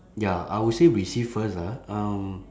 ya I will say receive first ah um